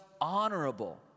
honorable